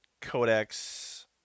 Codex